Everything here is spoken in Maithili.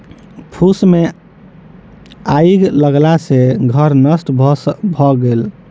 फूस मे आइग लगला सॅ घर नष्ट भ गेल